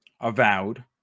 Avowed